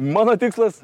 mano tikslas